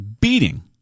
beating